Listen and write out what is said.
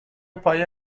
پای